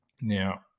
Now